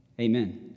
amen